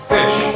Fish